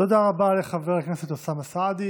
תודה רבה לחבר הכנסת אוסאמה סעדי.